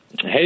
Hey